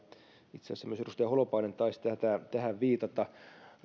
itse asiassa myös edustaja holopainen taisi tähän viitata